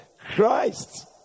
Christ